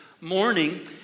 morning